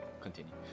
Continue